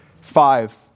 five